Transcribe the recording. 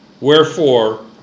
wherefore